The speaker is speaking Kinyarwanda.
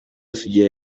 sugira